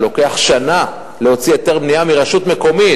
שלוקח שנה להוציא היתר בנייה מרשות מקומית,